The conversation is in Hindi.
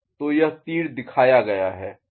तो यह तीर दिखाया गया है